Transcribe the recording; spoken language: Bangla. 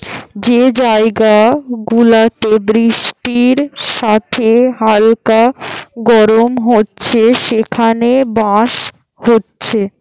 যে জায়গা গুলাতে বৃষ্টির সাথে হালকা গরম হচ্ছে সেখানে বাঁশ হচ্ছে